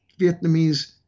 Vietnamese